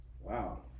Wow